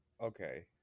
Okay